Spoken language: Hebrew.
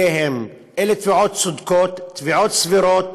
אלה תביעות צודקות, תביעות סבירות,